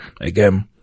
again